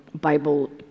Bible